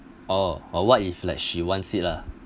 oh or what if like she wants it lah